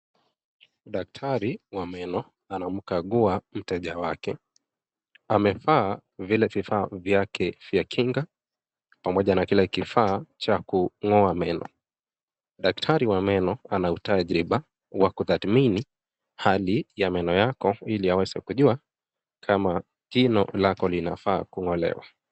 Daktari wa meno anamkagua mteja wake. Amevaa vile vifaa vyake vya kinga pamoja na kile kifaa cha kung'oa meno. Daktari wa meno ana utajriba wa kutathmini hali ya meno yako, ili aweze kujua kama jino lako linafaa kung'olewa.